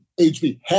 HB